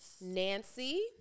Nancy